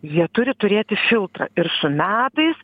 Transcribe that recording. jie turi turėti filtrą ir su metais